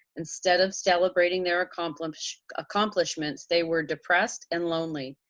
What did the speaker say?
instead of celebrating their accomplishments accomplishments they were depressed and lonely.